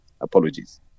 Apologies